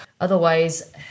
otherwise